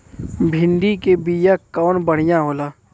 भिंडी के बिया कवन बढ़ियां होला?